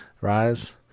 Rise